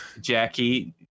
Jackie